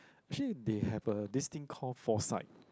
actually they have a this thing called foresight